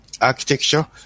architecture